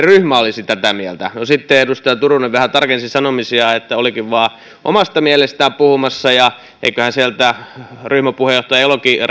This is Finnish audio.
ryhmä olisi tätä mieltä no sitten edustaja turunen vähän tarkensi sanomisiaan että olikin vain omasta mielestään puhumassa ja eiköhän sieltä ryhmäpuheenjohtaja elokin jo